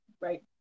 Right